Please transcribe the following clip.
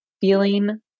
feeling